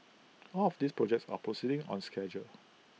all of these projects are proceeding on schedule